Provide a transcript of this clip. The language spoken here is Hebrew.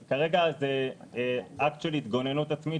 כרגע אצל הבנקים זה אקט של התגוננות עצמית